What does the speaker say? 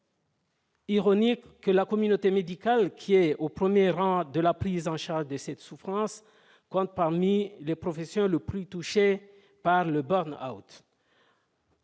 ironique que la communauté médicale, qui est au premier rang de la prise en charge de cette souffrance, compte parmi les professions les plus touchées par le burn-out.